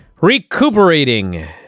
Recuperating